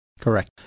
Correct